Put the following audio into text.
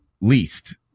least